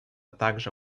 также